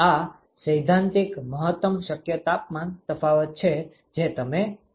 આ સૈદ્ધાંતિક મહત્તમ શક્ય તાપમાન તફાવત છે જે તમે મેળવી શકો છો